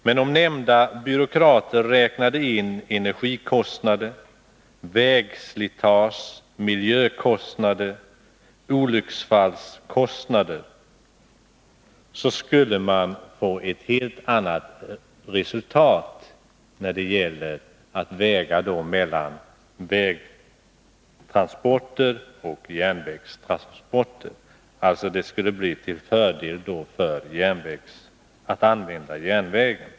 Men om nämnda byråkrater räknade in energikostnader, vägslitage, miljökostnader och olycksfallskostnader, skulle man få ett helt annat resultat när det gäller avvägningen mellan vägtransporter och järnvägstransporter. Det skulle bli till fördel för att man skulle använda järnvägen.